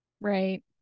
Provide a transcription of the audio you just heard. Right